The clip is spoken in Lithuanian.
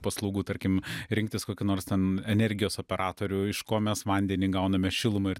paslaugų tarkim rinktis kokį nors ten energijos operatorių iš ko mes vandenį gauname šilumą ir